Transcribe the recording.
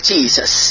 Jesus